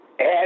add